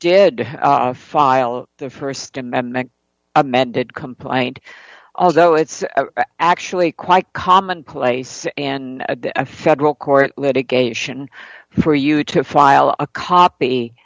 did file the st amendment amended complaint although it's actually quite common place and a federal court litigation for you to file a copy